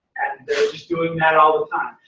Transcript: they're just doing that all the time.